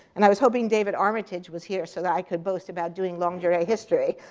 and i was hoping david armitage was here so that i could boast about doing long duree history.